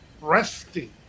resting